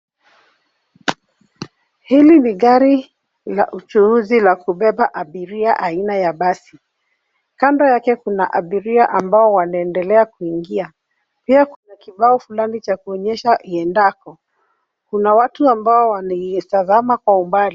Hili ni gari la uchuuzi la kubeba abiria aina ya basi. Kando yake kuna abiria ambao wanaendelea kuingia. Pia kuna kibao fulani cha kuonyesha iendako. Kuna watu ambao wanaitazama kwa umbali.